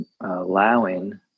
allowing